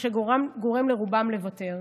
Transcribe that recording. מה שגורם לרובם לוותר.